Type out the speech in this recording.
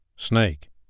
Snake